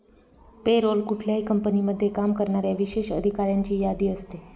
पे role कुठल्याही कंपनीमध्ये काम करणाऱ्या विशेष अधिकाऱ्यांची यादी असते